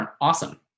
awesome